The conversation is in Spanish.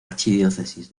archidiócesis